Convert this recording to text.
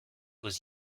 was